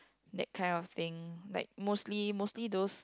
that kind of thing like mostly mostly those